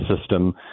system